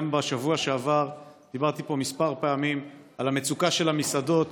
גם בשבוע שעבר דיברתי פה כמה פעמים על המצוקה של המסעדות